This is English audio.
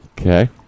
Okay